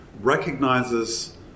recognizes